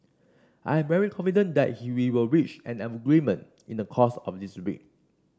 I am very confident that he will reach an agreement in the course of this week